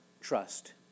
trust